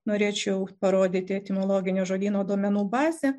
norėčiau parodyti etimologinio žodyno duomenų bazę